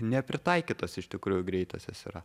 nepritaikytos iš tikrųjų greitosios yra